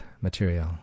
material